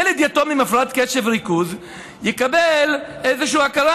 ילד יתום עם הפרעת קשב וריכוז יקבל איזושהי הכרה